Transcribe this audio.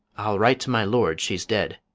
i'll write to my lord she's dead.